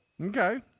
Okay